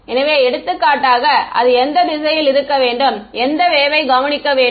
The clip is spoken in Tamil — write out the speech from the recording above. எனவே எடுத்துக்காட்டாக அது எந்த திசையில் இருக்க வேண்டும் எந்த வேவ் யை கவனிக்க வேண்டும்